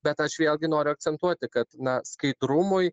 bet aš vėlgi noriu akcentuoti kad na skaidrumui